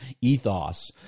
ethos